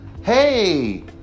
hey